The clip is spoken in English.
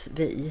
vi